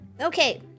Okay